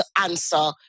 answer